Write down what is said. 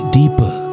deeper